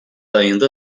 ayında